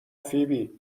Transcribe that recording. فیبی